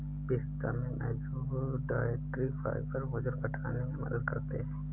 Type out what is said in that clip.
पिस्ता में मौजूद डायट्री फाइबर वजन घटाने में मदद करते है